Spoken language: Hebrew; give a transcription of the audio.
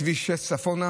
כביש 6 צפונה,